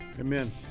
Amen